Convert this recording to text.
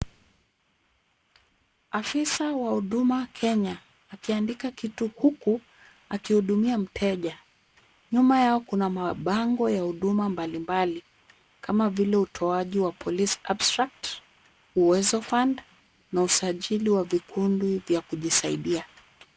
Afisa wa Huduma Kenya akiandika kitu huku akihudumia mteja. Nyuma yao kuna mabango ya huduma mbalimbali kama vile; utoaji wa police abstract , uwezo fund na usajili wa vikundi vya kujisaidia.